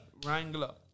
-Wrangler